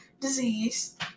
disease